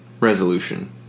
resolution